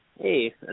Hey